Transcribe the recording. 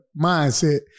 mindset